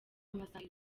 amasaha